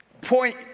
point